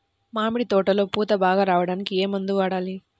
మామిడి తోటలో పూత బాగా రావడానికి ఏ మందు వాడాలి?